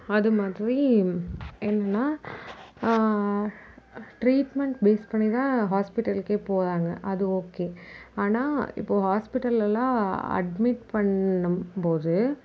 அது மாதிரி என்னனால் ட்ரீட்மெண்ட் பேஸ் பண்ணிதான் ஹாஸ்பிட்டல்கே போகிறாங்க அது ஓகே ஆனால் இப்போது ஹாஸ்பிட்டலெலாம் அட்மிட் பண்ணும்போது